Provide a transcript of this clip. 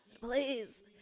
please